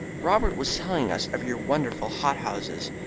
robert was telling us of your wonderful hot-houses.